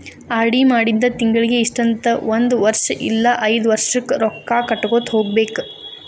RD ಮಾಡಿಂದ ತಿಂಗಳಿಗಿ ಇಷ್ಟಂತ ಒಂದ್ ವರ್ಷ್ ಇಲ್ಲಾ ಐದ್ ವರ್ಷಕ್ಕ ರೊಕ್ಕಾ ಕಟ್ಟಗೋತ ಹೋಗ್ಬೇಕ್